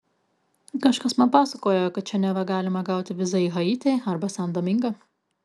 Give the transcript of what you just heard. kažkas man pasakojo kad čia neva galima gauti vizą į haitį arba san domingą